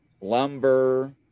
lumber